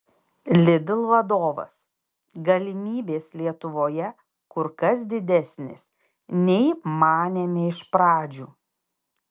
lidl vadovas galimybės lietuvoje kur kas didesnės nei manėme iš pradžių